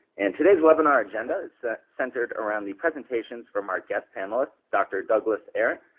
and today's webinar agenda is centered around the presentations from our guest panelists dr. douglas arent,